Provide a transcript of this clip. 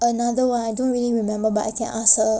another one I don't really remember but I can ask her